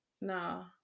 no